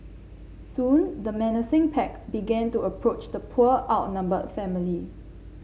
soon the menacing pack began to approach the poor outnumbered family